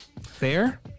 Fair